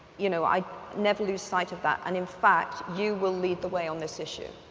you know, i never lose sight of that. and in fact, you will lead the way on this issue,